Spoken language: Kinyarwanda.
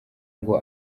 ngo